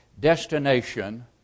destination